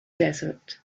desert